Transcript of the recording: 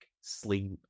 sleep